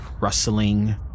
rustling